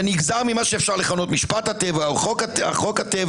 זה נגזר ממה שניתן לכנות משפט הטבע או חוק הטבע.